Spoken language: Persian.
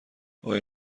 آیا